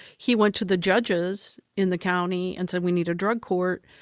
he went to the judges in the county and said, we need a drug court,